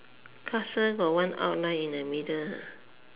castle got one outline in the middle